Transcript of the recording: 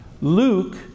Luke